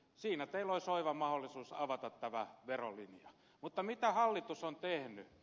siinä teillä olisi oiva mahdollisuus avata tämä verolinja mutta mitä hallitus on tehnyt